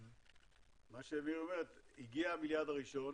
מה שמירי אומרת, הגיע המיליארד הראשון